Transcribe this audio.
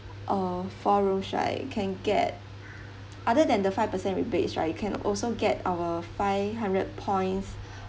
uh four rooms right can get other than the five percent rebates right you can also get our five hundred points